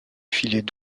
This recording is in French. filaient